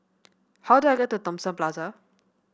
how do I get to Thomson Plaza